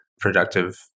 productive